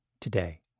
today